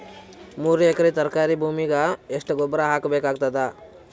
ಮೂರು ಎಕರಿ ತರಕಾರಿ ಭೂಮಿಗ ಎಷ್ಟ ಗೊಬ್ಬರ ಹಾಕ್ ಬೇಕಾಗತದ?